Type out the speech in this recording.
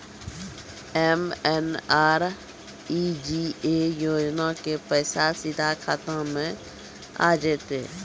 MNREGA योजना के पैसा सीधा खाता मे आ जाते?